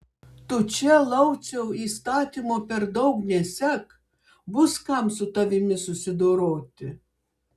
tu čia lauciau įstatymo per daug nesek bus kam su tavimi susidoroti